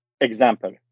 example